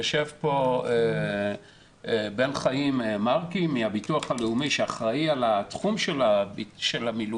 יושב פה בן חיים מרקי מהביטוח הלאומי שאחראי על התחום של המילואים,